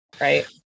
Right